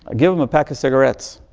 ah give him a pack of cigarettes.